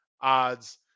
odds